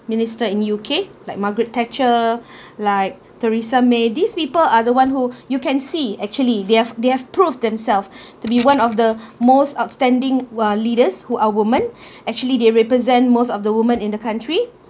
minister in U_K like margaret thatcher like teresa may these people are the one who you can see actually they've they've proved themselves to be one of the most outstanding uh leaders who are women actually they represent most of the women in the country